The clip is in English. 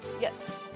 yes